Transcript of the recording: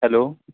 hello